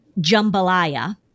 jambalaya